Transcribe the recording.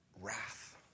wrath